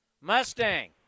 Mustang